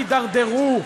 עד לאן תידרדרו?